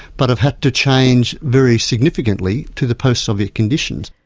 but have had to change very significantly to the post-soviet conditions.